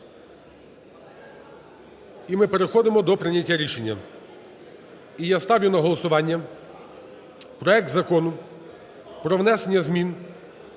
і ми переходимо до прийняття рішення. І я ставлю на голосування проект Закону про внесення змін